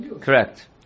Correct